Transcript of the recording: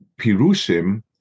Pirushim